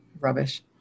rubbish